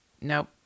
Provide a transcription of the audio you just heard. Nope